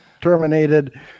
terminated